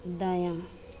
दायाँ